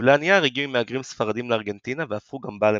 קיפולי הנייר הגיעו עם מהגרים ספרדים לארגנטינה והפכו גם בה למסורת.